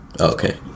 Okay